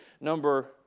Number